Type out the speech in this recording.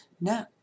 No